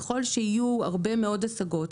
ככל שיהיו הרבה מאוד השגות,